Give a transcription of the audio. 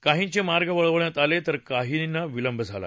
काहींचे मार्ग वळवण्यात आले तर काहींना विलंब झाला